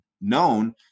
known